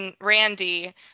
Randy